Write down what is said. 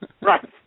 Right